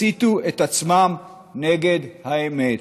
הסיתו את עצמם נגד האמת".